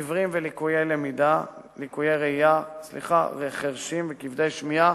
עיוורים, לקויי ראייה, חירשים, כבדי שמיעה,